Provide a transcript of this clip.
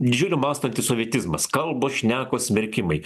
didžiulio masto antisovietizmas kalbos šnekos smerkimai